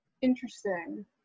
Interesting